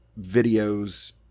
videos